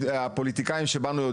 הפוליטיקאים שבינינו,